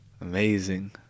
Amazing